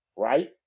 Right